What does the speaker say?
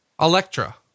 Electra